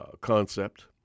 concept